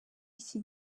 iki